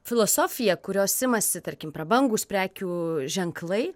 filosofija kurios imasi tarkim prabangūs prekių ženklai